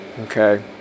Okay